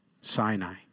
Sinai